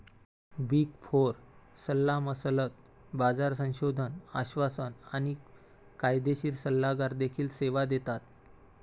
big four सल्लामसलत, बाजार संशोधन, आश्वासन आणि कायदेशीर सल्लागार देखील सेवा देतात